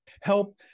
help